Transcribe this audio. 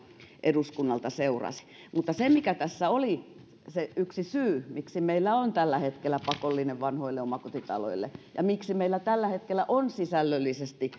eduskunnalta seurasi mutta mikä tässä oli se yksi syy miksi meillä se on tällä hetkellä pakollinen vanhoille omakotitaloille ja miksi meillä on sisällöllisesti